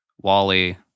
Wally